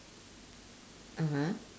(uh huh)